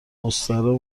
مستراح